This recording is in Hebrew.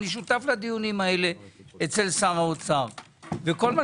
אני שותף לדיונים אלה אצל שר האוצר וכל מה